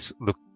look